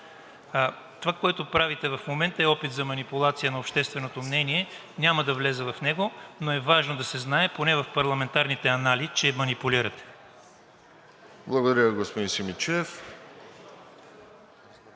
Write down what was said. Онова, което правите в момента, е опит за манипулация на общественото мнение. Няма да вляза в него, но е важно да се знае поне в парламентарните анали, че манипулирате. ПРЕДСЕДАТЕЛ